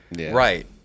Right